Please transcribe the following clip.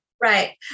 Right